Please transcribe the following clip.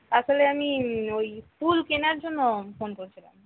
আসলে আমি ওই ফুল কেনার জন্য ফোন করেছিলাম